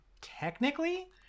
technically